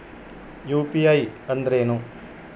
UPI ಅಂದ್ರೇನು?